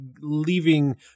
leaving